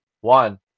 One